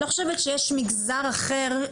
אני לא חושבת שיש מגזר אחר,